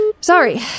Sorry